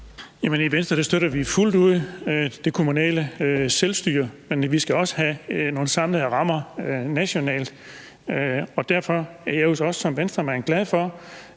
I Venstre støtter vi fuldt ud det kommunale selvstyre, men vi skal også have nogle samlede rammer nationalt. Derfor er jeg jo også som Venstremand glad for,